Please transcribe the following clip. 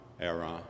era